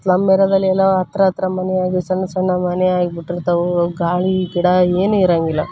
slum ಏರಿಯಾದಲ್ಲೆಲ್ಲ ಹತ್ರ ಹತ್ರ ಮನೆಯಾಗೆ ಸಣ್ಣ ಸಣ್ಣ ಮನೆಯಾಗ್ಬಿಟ್ಟಿರ್ತವೂ ಗಾಳಿ ಗಿಡ ಏನು ಇರಂಗಿಲ್ಲ